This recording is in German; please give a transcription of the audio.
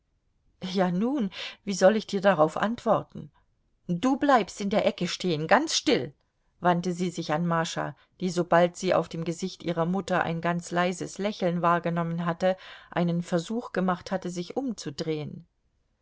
ja nun wie soll ich dir darauf antworten du bleibst in der ecke stehen ganz still wandte sie sich an mascha die sobald sie auf dem gesicht ihrer mutter ein ganz leises lächeln wahrgenommen hatte einen versuch gemacht hatte sich umzudrehen